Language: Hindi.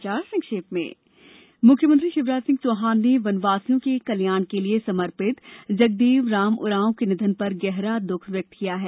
समाचार संक्षेप में मुख्यमंत्री शिवराज सिंह चौहान ने वनवासियों के कल्याण के लिये समर्पित जगदेव राम उरांव के निधन पर गहरा दुःख व्यक्त किया है